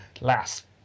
last